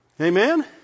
Amen